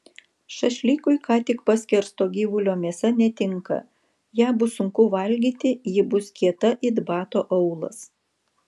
šašlykui ką tik paskersto gyvulio mėsa netinka ją bus sunku valgyti ji bus kieta it bato aulas